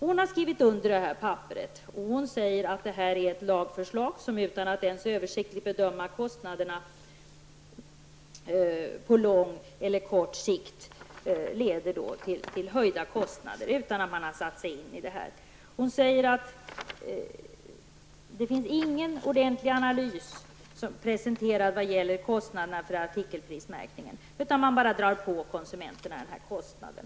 Hon har skrivit under ett papper här där hon säger att detta är ett lagförslag som, utan att ens översiktligt bedöma kostnaderna på lång och kort sikt, leder till höjda kostnader. Hon säger att det inte finns ordentlig analys presenterad vad gäller kostnaderna för artikelprismärkningen, utan man bara drar på konsumenterna den här kostnaden.